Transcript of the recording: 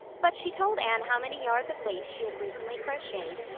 but she told anne how many yards of lace she had recently crocheted,